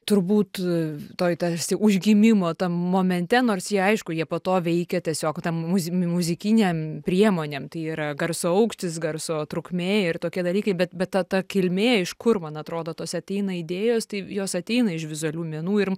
turbūt toj tarsi užgimimo tam momente nors jie aišku jie po to veikia tiesiog tam muzi muzikinėm priemonėm tai yra garso aukštis garso trukmė ir tokie dalykai bet bet ta ta kilmė iš kur man atrodo tos ateina idėjos tai jos ateina iš vizualių menų ir